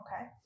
okay